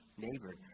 neighbor